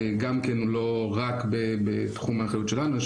גם כן הוא לא רק בתחום האחריות שלנו.